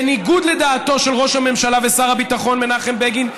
בניגוד לדעתו של ראש הממשלה ושר הביטחון מנחם בגין,